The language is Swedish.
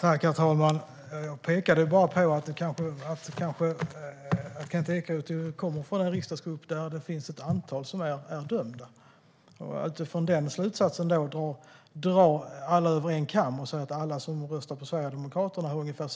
Herr talman! Jag pekade bara på att Kent Ekeroth kommer från en riksdagsgrupp där det finns ett antal som är dömda. Att utifrån detta dra alla över en kam och säga att alla som röstar på Sverigedemokraterna har ungefär